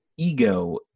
ego